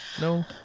No